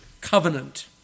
covenant